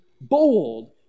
bold